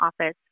office